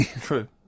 True